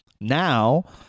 now